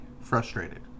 frustrated